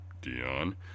Dion